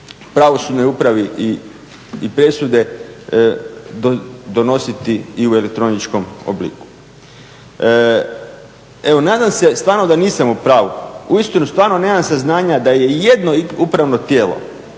pravosudnoj upravi i presude donositi i u elektroničkom obliku. Evo nadam se stvarno da nisam u pravu, uistinu stvarno nemam saznanja da je i jedno upravno tijelo